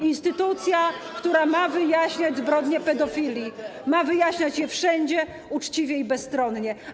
Instytucja, która ma wyjaśniać zbrodnie pedofilii, ma wyjaśniać je wszędzie, uczciwie i bezstronnie.